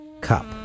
Cup